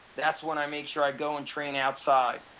that's when i make sure i go and train outside.